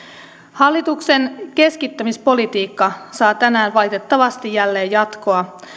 hallituksen keskittämispolitiikka saa tänään valitettavasti jälleen jatkoa